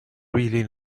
really